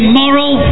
moral